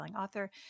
author